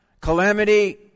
calamity